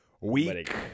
Week